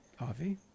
Avi